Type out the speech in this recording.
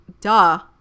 Duh